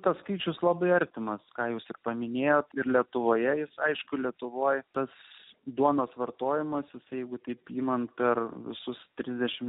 tas skaičius labai artimas ką jūs paminėjote ir lietuvoje jis aišku lietuvoje tas duonos vartojimas jeigu taip imant per visus trisdešimt